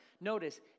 Notice